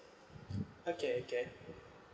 okay can